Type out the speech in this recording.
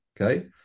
Okay